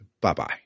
Bye-bye